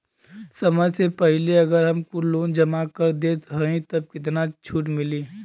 समय से पहिले अगर हम कुल लोन जमा कर देत हई तब कितना छूट मिली?